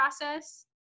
process